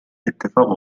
اتفاق